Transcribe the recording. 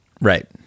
Right